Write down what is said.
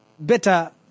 Better